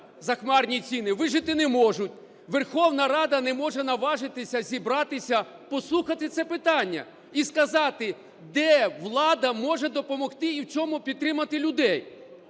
захмарні ціни, вижити не можуть. Верховна Рада не може наважитися, зібратися, послухати це питання. І сказати, де влада може допомогти і в чому підтримати людей,